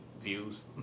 views